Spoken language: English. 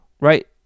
right